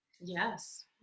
Yes